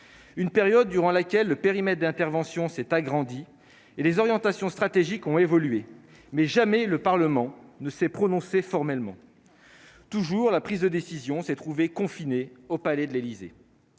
une période durant laquelle le périmètre d'intervention s'est agrandi et les orientations stratégiques ont évolué, mais jamais le Parlement ne s'est prononcée formellement toujours la prise de décision s'est trouvée confinée au palais de l'Élysée,